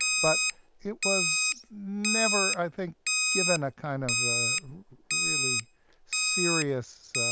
but it was never i think given a kind of really serious